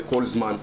בכל זמן,